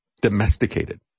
domesticated